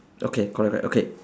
okay correct correct okay